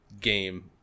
game